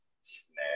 snap